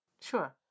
Sure